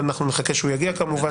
אבל אנחנו נחכה שהיא תגיע כמובן.